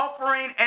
offering